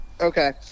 Okay